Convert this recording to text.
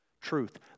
truth